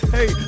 Hey